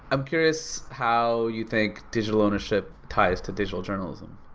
i'm curious how you think digital ownership ties to digital journalism.